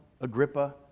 Agrippa